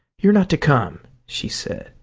you're not to come, she said.